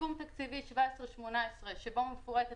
בסיכום תקציבי של 2018-2017 שבו מפורטת